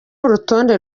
urutonde